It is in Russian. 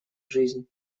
жизнь